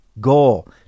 goal